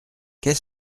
qu’est